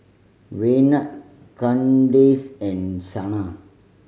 Raynard Kandace and Shana